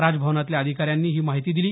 राजभवनातल्या अधिकाऱ्यांनी ही माहिती दिली